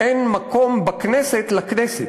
אין מקום בכנסת לכנסת.